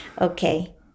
Okay